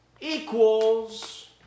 equals